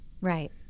Right